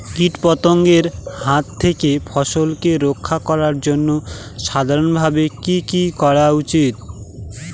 কীটপতঙ্গের হাত থেকে ফসলকে রক্ষা করার জন্য সাধারণভাবে কি কি করা উচিৎ?